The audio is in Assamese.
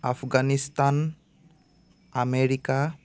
আফগানিস্তান আমেৰিকা